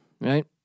right